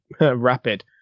rapid